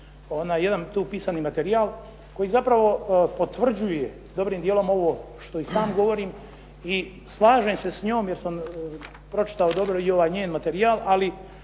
jedan tu pisani materijal koji zapravo potvrđuje dobrim dijelom ovo što i sam govorim i slažem se s njom jer sam pročitao dobro i ovaj njen materijal, ali